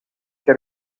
che